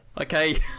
Okay